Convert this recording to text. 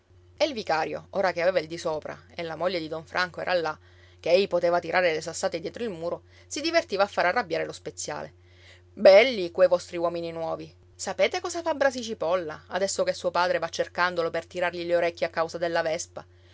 il vicario ora che aveva il disopra e la moglie di don franco era là che ei poteva tirare le sassate dietro il muro si divertiva a fare arrabbiare lo speziale belli quei vostri uomini nuovi sapete cosa fa brasi cipolla adesso che suo padre va cercandolo per tirargli le orecchie a causa della vespa